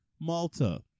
Malta